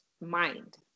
mind